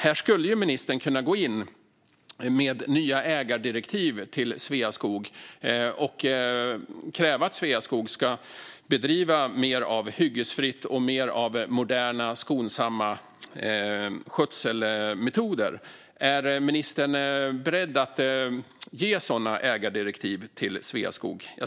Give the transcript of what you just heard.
Här skulle ministern kunna gå in med nya ägardirekt till Sveaskog och kräva att de ska bedriva mer av hyggesfritt och mer av moderna skonsamma skötselmetoder. Är ministern beredd att ge sådana ägardirektiv till Sveaskog?